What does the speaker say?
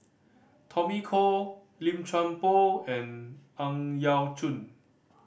Tommy Koh Lim Chuan Poh and Ang Yau Choon